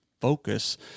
focus